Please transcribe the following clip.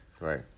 Right